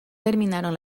terminaron